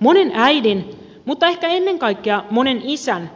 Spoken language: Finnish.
monen äidin mutta ehkä ennen kaikkea monen isän